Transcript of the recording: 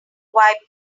wipe